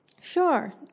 Sure